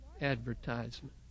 advertisement